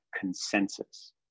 consensus